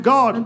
God